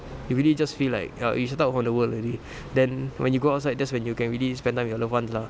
you really just feel like uh you're shut out from the world already then when you go outside that's when you can really spend time with your loved ones lah